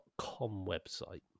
website